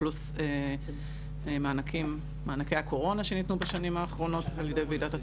פלוס מענקי הקורונה שניתנו בשנים האחרונות על ידי ועידת התביעות,